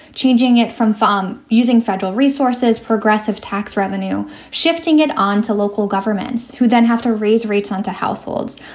changing it from farm, using federal resources, progressive tax revenue, shifting it on to local governments governments who then have to raise rates on to households.